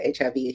HIV